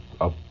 up